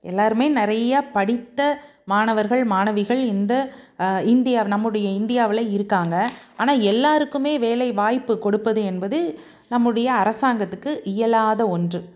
எல்லாருமே நிறையா படித்த மாணவர்கள் மாணவிகள் இந்த இந்தியா நம்முடைய இந்தியாவில் இருக்காங்க ஆனால் எல்லாருக்குமே வேலைவாய்ப்பு கொடுப்பது என்பது நம்முடைய அரசாங்கத்துக்கு இயலாத ஒன்று